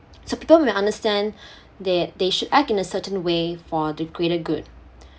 so people will understand that they should act in a certain way for the greater good